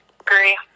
Agree